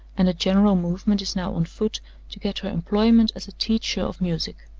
and a general movement is now on foot to get her employment as a teacher of music.